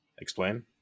Explain